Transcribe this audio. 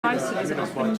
often